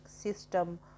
system